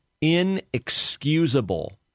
inexcusable